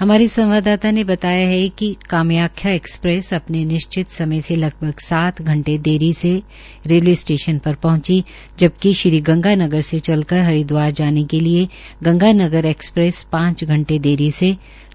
हमारे संवाददाता ने बताया कि कामाख्या एक्स प्रेस अपने निश्चित समय से लगभग सात घंटे देरी रेलवे स्टेशन पर पहुंची जबकि श्रीगंगा नगर से चलकर हरिद्वार जाने के लिये गंगा नगर एक्सप्रेस पांच घंटे देरी से